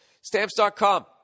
Stamps.com